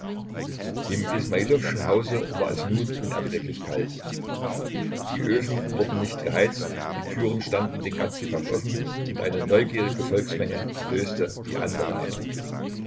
im ismailowschen hause war es nun unerträglich kalt die öfen wurden nicht geheizt die türen standen den ganzen tag offen und eine neugierige volksmenge löste die andere ab